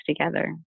together